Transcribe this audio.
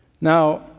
Now